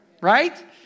Right